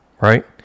right